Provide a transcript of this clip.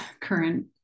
current